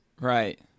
Right